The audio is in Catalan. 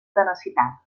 tenacitat